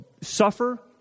suffer